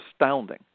astounding